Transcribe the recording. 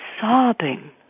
sobbing